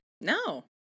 No